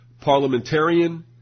parliamentarian